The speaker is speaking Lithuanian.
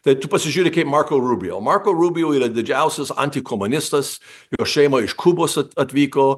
tai tu pasižiūrėk į marko rubio marko rubio yra didžiausias antikomunistas jo šeima iš kubos atvyko